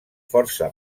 força